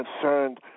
concerned